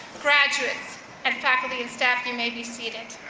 graduates and faculty and staff you may be seated.